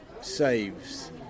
saves